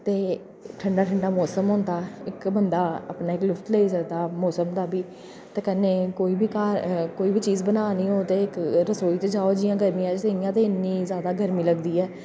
ते ठंडा ठंडा मौसम होंदा इक बंदा अपने लुत्फ लेई सकदा मौसम दा बी ते कन्नै कोई बी घा कोई बी चीज बनानी होऐ ते इक रसोई च जाओ जि'यां गर्मियें च असें ई इ'यां ते इन्नी जैदा गर्मी लगदी ऐ